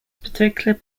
particular